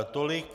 Tolik...